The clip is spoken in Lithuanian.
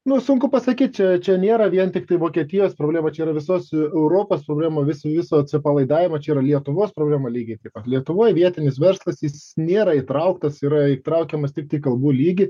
nu sunku pasakyt čia čia nėra vien tiktai vokietijos problema čia yra visos europos problema visi viso atsipalaidavimo čia yra lietuvos problema lygiai taip pat lietuvoj vietinis verslas jis nėra įtrauktas yra įtraukiamas tiktai kalbų lygy